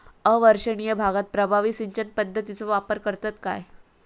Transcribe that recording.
अवर्षणिय भागात प्रभावी सिंचन पद्धतीचो वापर करतत काय?